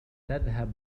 تذهب